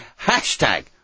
Hashtag